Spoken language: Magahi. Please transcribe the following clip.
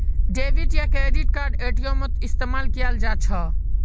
डेबिट या क्रेडिट कार्ड एटीएमत इस्तेमाल कियाल जा छ